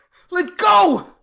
let go!